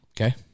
Okay